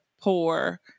poor